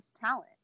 talent